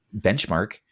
benchmark